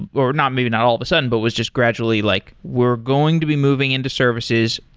or not maybe not all of a sudden, but was just gradually like, we're going to be moving into services.